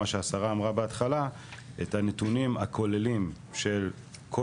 מה שהשרה אמרה בהתחלה את הנתונים הכוללים של כל